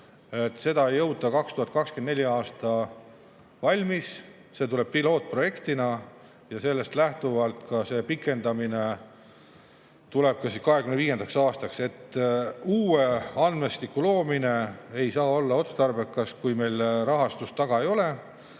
seda ei jõuta 2024. aastal valmis. See tuleb pilootprojektina ja sellest lähtuvalt tulebki selle [rakendamine] 2025. aastal. Uue andmestiku loomine ei saa olla otstarbekas, kui meil rahastust taga ei ole.